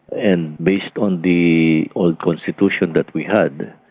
and based on the old constitution that we had,